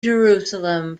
jerusalem